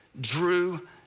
drew